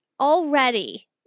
already